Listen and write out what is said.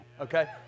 Okay